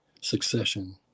succession